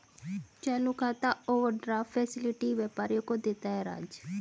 चालू खाता overdraft facility व्यापारियों को देता है राज